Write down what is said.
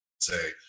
say